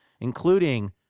including